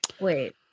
Wait